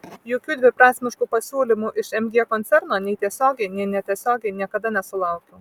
jokių dviprasmiškų pasiūlymų iš mg koncerno nei tiesiogiai nei netiesiogiai niekada nesulaukiau